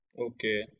Okay